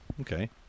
okay